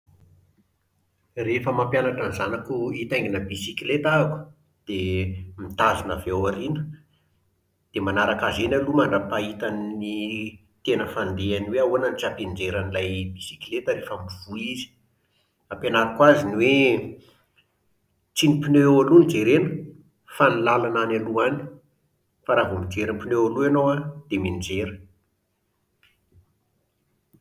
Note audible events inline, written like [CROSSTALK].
Rehefa mampianatra ny zanako hitaingina bisikileta ah-ako, dia [HESITATION] mitazona avy aoriana. Dia manaraka azy eny aloha mandra-pahitany ny [HESITATION] fandehany hoe ahoana no tsy hampianjera an'ilay bisikileta rehefa mivoy izy. Ampianariko azy ny hoe [HESITATION] tsy ny pneu eo aloha no jerena fa ny làlana any aloha any. Fa raha vao mijery ny pneu eo aloha ianao an, dia mianjera